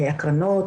הקרנות,